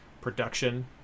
production